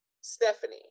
Stephanie